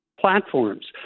platforms